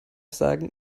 sagen